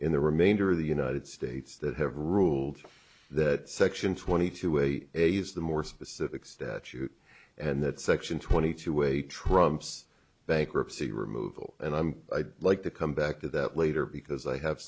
in the remainder of the united states that have ruled that section twenty two a a is the more specific statute and that section twenty two a trumps bankruptcy removal and i'm like to come back to that later because i have